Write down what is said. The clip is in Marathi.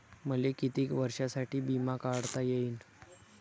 मले कितीक वर्षासाठी बिमा काढता येईन?